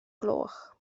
gloch